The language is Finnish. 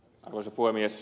arvoisa puhemies